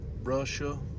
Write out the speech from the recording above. Russia